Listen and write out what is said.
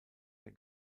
der